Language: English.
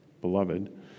Beloved